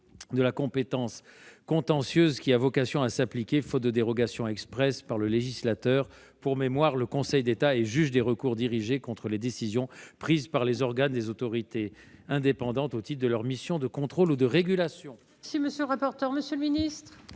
de la compétence contentieuse a vocation à s'appliquer, faute de dérogation expresse par le législateur. Pour mémoire, le Conseil d'État est juge des recours dirigés contre les décisions prises par les autorités indépendantes au titre de leur mission de contrôle ou de régulation.